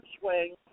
swing